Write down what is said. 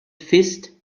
fist